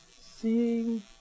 seeing